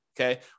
okay